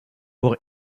pour